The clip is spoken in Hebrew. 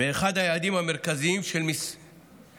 באחד היעדים המרכזיים של משרדי,